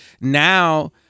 now